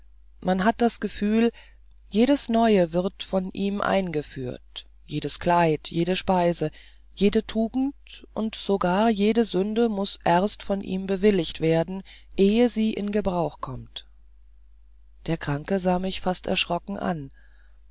man hat das gefühl jedes neue wird von ihm eingeführt jedes kleid jede speise jede tugend und sogar jede sünde muß erst von ihm bewilligt werden ehe sie in gebrauch kommt der kranke sah mich fast erschrocken an